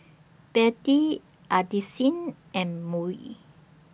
Bette Addisyn and Murry